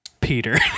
Peter